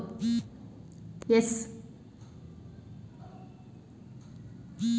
ಅಭಿವೃದ್ಧಿ ದೇಶದಲ್ಲಿ ಡೈರಿ ಫಾರ್ಮ್ಗಳು ಸಾಮಾನ್ಯವಾಗಿ ಹೆಚ್ಚು ಉತ್ಪಾದಿಸುವ ಡೈರಿ ಹಸುಗಳನ್ನು ಒಳಗೊಂಡಿದೆ